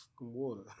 water